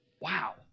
Wow